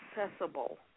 accessible